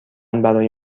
برای